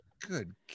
Good